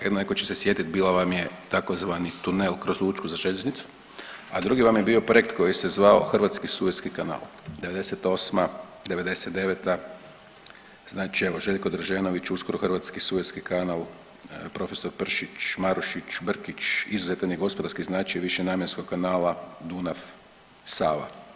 Jedna, netko će se sjetiti, bila vam je tzv. tunel kroz Učku za željeznicu, a drugi vam je bio projekt koji se zvao Hrvatski Sueski kanal, '98., '99., znat će evo, Željko Draženović, uskoro Hrvatski Sueski kanal, profesor Pršić, Marušić, Brkić, izuzetan je gospodarski značaj višenamjenskog kanala Dunav-Sava.